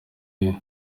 yari